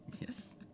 Yes